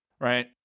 Right